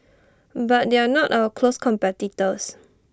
but they are not our close competitors